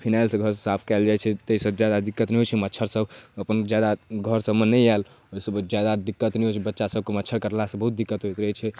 फिनाइलसँ घर साफ कएल जाइ छै ताहिसँ जादा दिक्कत नहि होइ छै मच्छरसब अपन जादा घरसबमे नहि आएल ओहिसबके जादा दिक्कत नहि होइ छै बच्चासभके मच्छर काटलासँ बहुत दिक्कत होइ छै